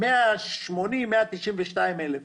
192,000-180,000,